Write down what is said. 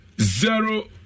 zero